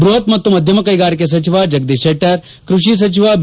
ಬೃಹತ್ ಮತ್ತು ಮಧ್ಯಮ ಕೈಗಾರಿಕೆ ಸಚಿವ ಜಗದೀಶ್ ಶೆಟ್ಟರ್ ಕೃಷಿ ಸಚಿವ ಬಿ